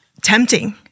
tempting